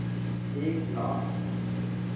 एक लाख